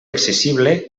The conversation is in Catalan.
accessible